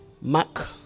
Mark